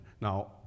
Now